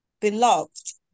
Beloved